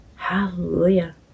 Hallelujah